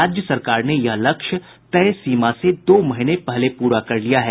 राज्य सरकार ने यह लक्ष्य तय सीमा से दो महीने पहले पूरा कर लिया है